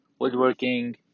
Woodworking